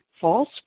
false